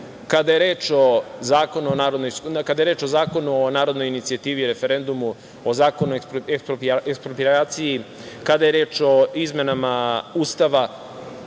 kada je reč o Zakonu o narodnoj inicijativi, referendumu, o Zakonu o eksproprijaciji, kada je reč o izmenama Ustava,